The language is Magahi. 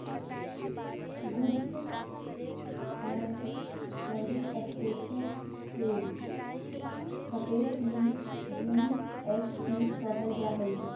गुड्स एण्ड सर्विस टेस्ट के संक्षेप में जी.एस.टी कहल जा हई